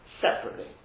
separately